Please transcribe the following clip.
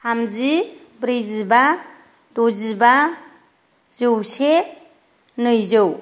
थामजि ब्रैजिबा दजिबा जौसे नैजौ